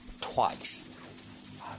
twice